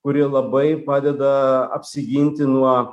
kuri labai padeda apsiginti nuo